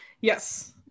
Yes